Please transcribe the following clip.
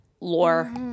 lore